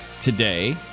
today